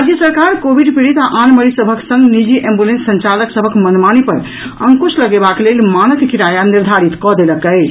राज्य सरकार कोविड पीड़ित आ आन मरीज सभक संग निजी एम्बुलेंस संचालक सभक मनमानी पर अंकुश लगेबाक लेल मानक किराया निर्धारित कऽ देलक अछि